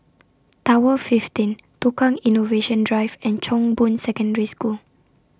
Tower fifteen Tukang Innovation Drive and Chong Boon Secondary School